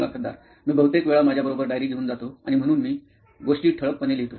मुलाखतदार मी बहुतेक वेळा माझ्याबरोबर डायरी घेऊन जातो आणि म्हणून मी गोष्टी ठळक पणे लिहितो